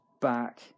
back